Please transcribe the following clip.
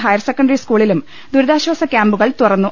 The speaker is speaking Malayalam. ഹ്റ്യർ സെക്കന്ററി സ്കൂളിലും ദുരിതാശ്ചാസ കൃമ്പുകൾ തുറന്നു